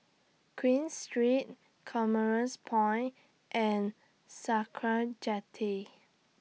Queen Street Commerce Point and Sakra Jetty